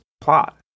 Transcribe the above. plot